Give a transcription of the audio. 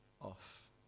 off